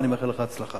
ואני מאחל לך הצלחה.